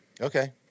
Okay